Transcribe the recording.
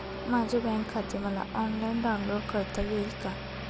माझे बँक खाते मला ऑनलाईन डाउनलोड करता येईल का?